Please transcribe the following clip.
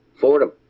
Fordham